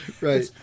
right